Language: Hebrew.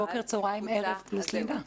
בוקר צהריים ערב פלוס לינה.